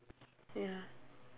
ya